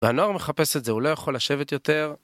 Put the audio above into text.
והנוער מחפש את זה, הוא לא יכול לשבת יותר.